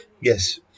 Yes